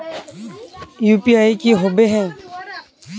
UPI की होबे है?